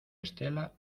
estela